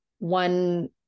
one